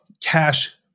cash